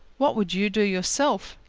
what would you do yourself?